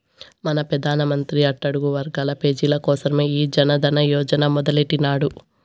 మన పెదానమంత్రి అట్టడుగు వర్గాల పేజీల కోసరమే ఈ జనదన యోజన మొదలెట్టిన్నాడు